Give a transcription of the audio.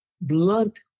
Blunt